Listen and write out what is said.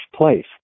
place